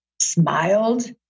smiled